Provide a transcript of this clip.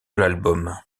l’album